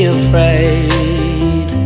afraid